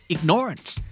Ignorance